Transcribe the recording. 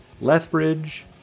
Lethbridge